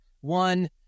One